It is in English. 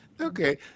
Okay